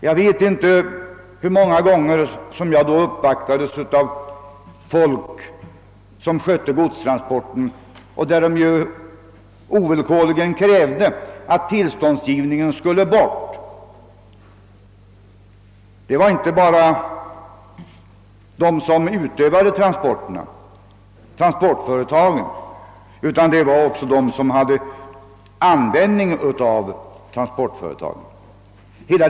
Jag vet inte hur många gånger jag uppvaktades av folk som skötte godstransporter och som ovillkorligen krävde att tillståndsgivningen skulle siopas. Och det var inte bara de som utförde transporterna — alltså transportföretagen — utan även de som anlitade transportföretagen som hävdade detta.